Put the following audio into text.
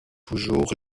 toujours